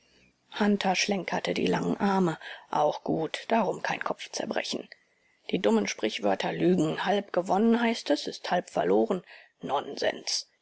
hunter schlenkerte die langen arme auch gut darum kein kopfzerbrechen die dummen sprichwörter lügen halb gewonnen heißt es ist halb verloren nonsens